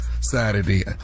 Saturday